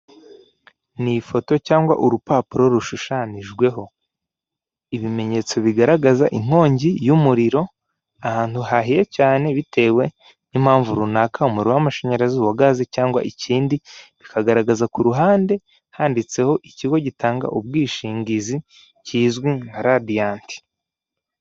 Ni ifoto cyangwa urupapuro rushushanyijweho ibimenyetso bigaragaza inkongi y'umuriro, ahantu hahiye cyane bitewe n'impamvu runaka, umuriro w'amashanyarazi wa gazi cyangwa ikindi bikagaragaza ku ruhande handitseho ikigo gitanga ubwishingizi kizwi nka Radiyanti.